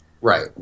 Right